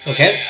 Okay